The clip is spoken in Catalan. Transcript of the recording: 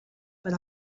per